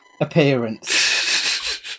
appearance